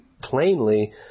plainly